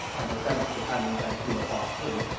and the seventh. bat talion, vancouver, passed through,